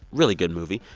really good movie.